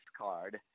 card